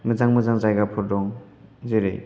मोजां मोजां जायगाफोर दं जेरै